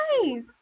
nice